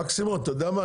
מקסימום אתה יודע מה,